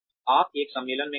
आप एक सम्मेलन में गए थे